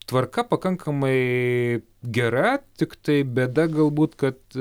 tvarka pakankamai gera tiktai bėda galbūt kad